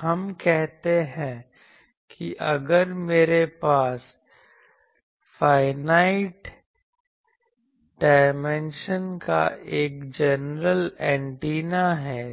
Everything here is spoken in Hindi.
हम कहते हैं कि अगर मेरे पास फाइनाइट डायमेंशन का एक जनरल एंटीना है